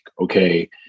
okay